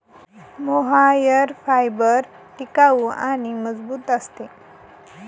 mohair fibre टिकाऊ आणि मजबूत असते